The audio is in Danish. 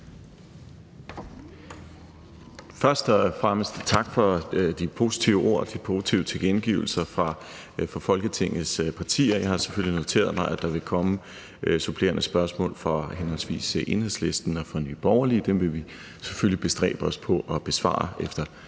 Først og fremmest tak for de positive ord og de positive tilkendegivelser fra Folketingets partier. Jeg har selvfølgelig noteret mig, at der vil komme supplerende spørgsmål fra henholdsvis Enhedslisten og fra Nye Borgerlige, og dem vil vi selvfølgelig bestræbe os på at besvare efter